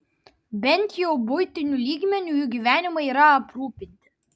bent jau buitiniu lygmeniu jų gyvenimai yra aprūpinti